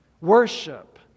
Worship